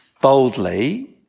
boldly